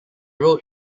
road